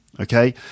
Okay